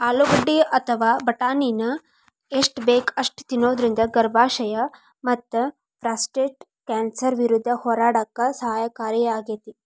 ಆಲೂಗಡ್ಡಿ ಅಥವಾ ಬಟಾಟಿನ ಎಷ್ಟ ಬೇಕ ಅಷ್ಟ ತಿನ್ನೋದರಿಂದ ಗರ್ಭಾಶಯ ಮತ್ತಪ್ರಾಸ್ಟೇಟ್ ಕ್ಯಾನ್ಸರ್ ವಿರುದ್ಧ ಹೋರಾಡಕ ಸಹಕಾರಿಯಾಗ್ಯಾತಿ